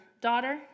Daughter